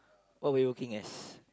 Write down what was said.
what were you working as